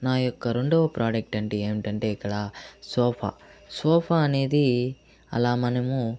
నా యొక్క రెండవ ప్రోడక్ట్ అంటే ఏమిటంటే ఇక్కడ సోఫా సోఫా అనేది అలా మనము